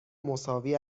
مساوی